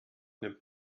nimmt